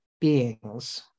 beings